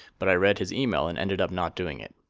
but i read his email and ended up not doing it.